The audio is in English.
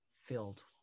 filled